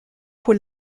pour